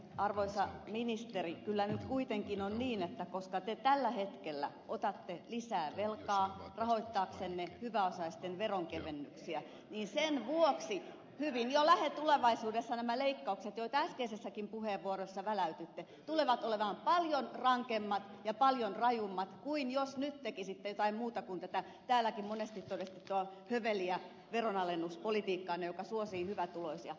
arvoisa ministeri kyllä nyt kuitenkin on niin että koska te tällä hetkellä otatte lisää velkaa rahoittaaksenne hyväosaisten veronkevennyksiä niin sen vuoksi jo hyvin lähitulevaisuudessa nämä leikkaukset joita äskeisessäkin puheenvuorossa väläytitte tulevat olemaan paljon rankemmat ja paljon rajummat kuin jos nyt tekisitte jotain muuta kuin tätä täälläkin monesti todistettua höveliä veronalennuspolitiikkaanne joka suosii hyvätuloisia